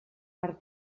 per